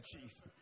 Jesus